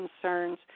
concerns